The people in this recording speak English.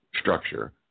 structure